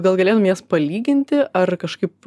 gal galėtum jas palyginti ar kažkaip